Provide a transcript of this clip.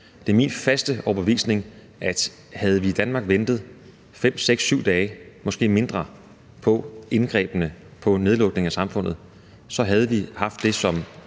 Det er min faste overbevisning, at havde vi i Danmark ventet 5, 6, 7 dage, måske mindre, på indgrebene, på nedlukningen af samfundet, så havde vi haft en